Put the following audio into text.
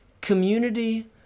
community